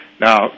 now